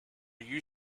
you